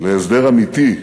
להסדר אמיתי,